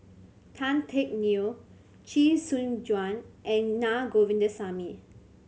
Tan Teck Neo Chee Soon Juan and Na Govindasamy